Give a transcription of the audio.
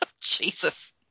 Jesus